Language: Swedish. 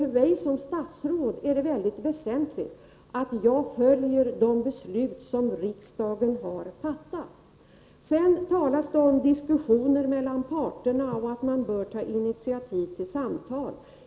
För mig som statsråd är det mycket väsentligt att jag följer de beslut som riksdagen har fattat. Sedan talas det om diskussioner mellan parterna och att man bör ta initiativ till samtal.